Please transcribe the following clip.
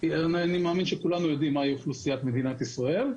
אני מאמין שכולנו יודעים מהי אוכלוסיית ישראל,